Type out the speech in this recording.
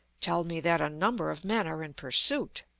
tell me that a number of men are in pursuit.